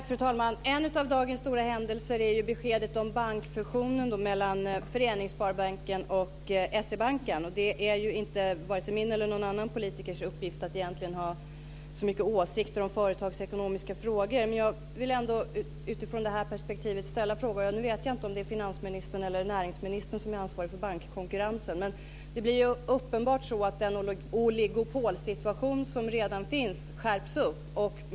Fru talman! En av dagens stora händelser är beskedet om bankfusionen mellan Föreningssparbanken och S-E-Banken. Det är inte vare sig min eller någon annan politikers uppgift att egentligen ha så mycket åsikter om företagsekonomiska frågor. Men jag vill ändå utifrån det här perspektivet ställa en fråga. Nu vet jag inte om det är finansministern eller näringsministern som är ansvarig för bankkonkurrensen. Det blir uppenbart så att den oligopolsituation som redan finns skärps.